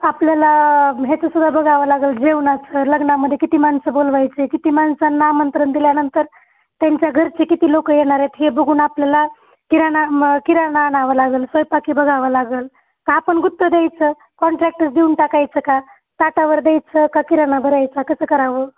आपल्याला ह्याचंसुद्धा बघावं लागंल जेवणाचं लग्नामध्ये किती माणसं बोलवायचे किती माणसांना आमंत्रण दिल्यानंतर त्यांच्या घरचे किती लोकं येणार आहेत हे बघून आपल्याला किराणा म किराणा न्यावं लागेल स्वयंपाकी बघावं लागेल का आपण गुत्तं द्यायचं कॉन्ट्रॅक्टच देऊन टाकायचं का ताटावर द्यायचं का किराणा भरायचा कसं करावं